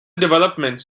developments